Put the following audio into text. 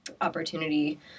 opportunity